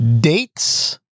Dates